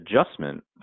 adjustment